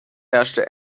herrschte